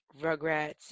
Rugrats